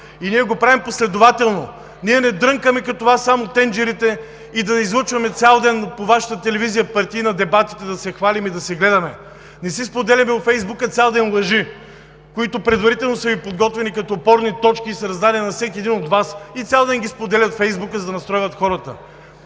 И ние го правим последователно. Ние не дрънкаме само тенджерите като Вас и да излъчваме цял ден по Вашата партийна телевизия дебатите, да се хвалим и да се гледаме. Не си споделяме във Фейсбука цял ден лъжи, които предварително са Ви подготвени като опорни точки и са раздадени на всеки един от Вас, и цял ден ги споделят във Фейсбука, за да настройват хората.